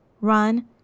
run